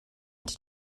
did